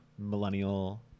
millennial